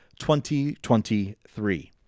2023